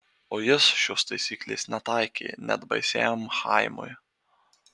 o jis šios taisyklės netaikė net baisiajam chaimui